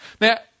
Now